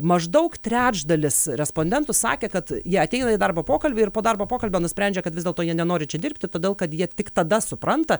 maždaug trečdalis respondentų sakė kad jie ateina į darbo pokalbį ir po darbo pokalbio nusprendžia kad vis dėlto jie nenori čia dirbti todėl kad jie tik tada supranta